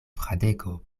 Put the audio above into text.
fradeko